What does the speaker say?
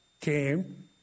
came